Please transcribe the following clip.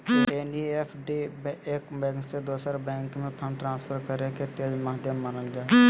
NEFT एक bank से दोसर बैंक में फंड ट्रांसफर करे के तेज माध्यम मानल जा हय